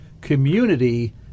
community